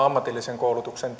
ammatillisen koulutuksen